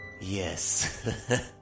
Yes